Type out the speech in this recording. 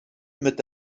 mit